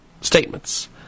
statements